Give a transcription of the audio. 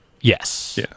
Yes